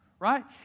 Right